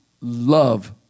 love